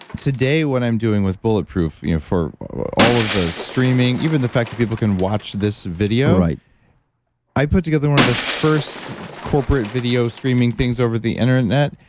today what i'm doing with bulletproof you know for all of the streaming, even the fact that people can watch this video. right i put together one of the first corporate video streaming things over the internet,